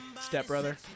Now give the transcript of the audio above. stepbrother